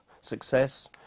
Success